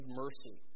mercy